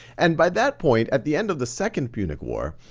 and by that point, at the end of the second punic war,